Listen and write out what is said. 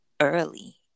early